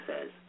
says